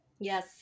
Yes